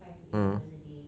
mm